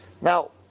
Now